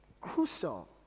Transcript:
crucial